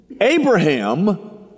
Abraham